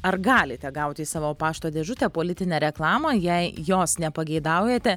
ar galite gauti į savo pašto dėžutę politinę reklamą jei jos nepageidaujate